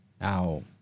Now